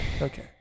Okay